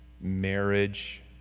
marriage